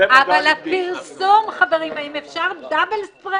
אבל הפרסום, חברים, האם אפשר דאבל-ספרד?